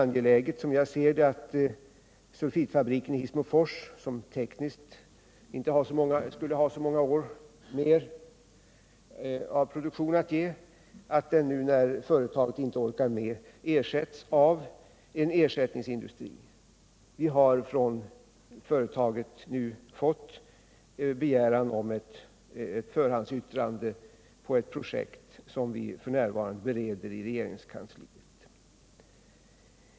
När sulfitfabriken i Hissmofors, som inte heller av tekniska skäl kan ha så många år kvar i produktionen, nu inte orkar med längre, är det enligt min mening angeläget att den ersätts med en annan industri. Vi har från företaget fått en begäran om ett förhandsyttrande beträffande ett projekt som vi f. n. bereder i regeringskansliet.